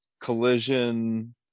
collision